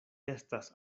estas